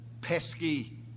pesky